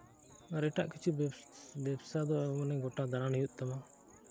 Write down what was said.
ᱟᱨ ᱮᱴᱟᱜ ᱠᱤᱪᱷᱩ ᱵᱮᱵᱽᱥᱟ ᱫᱚ ᱢᱟᱱᱮ ᱜᱳᱴᱟ ᱫᱟᱲᱟ ᱦᱩᱭᱩᱜ ᱛᱟᱢᱟ